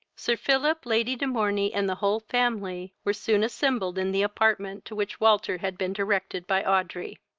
sir philip, lady de morney, and the whole family, were soon assembled in the apartment to which walter had been directed by audrey.